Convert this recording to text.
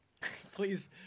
Please